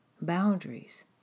boundaries